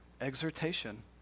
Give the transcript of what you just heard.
exhortation